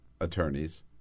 attorneys